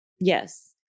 Yes